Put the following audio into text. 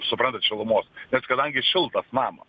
suprantat šilumos nes kadangi šiltas namas